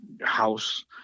house